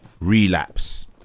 Relapse